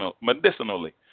medicinally